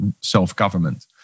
self-government